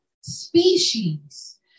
species